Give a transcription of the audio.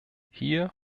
hier